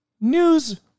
News